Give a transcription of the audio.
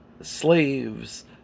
slaves